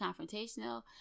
confrontational